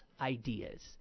ideas